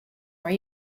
are